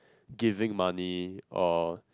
giving money or